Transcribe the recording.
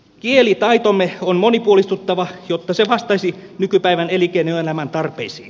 kielitaitomme on monipuolistuttava jotta se vastaisi nykypäivän elinkeinoelämän tarpeisiin